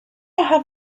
have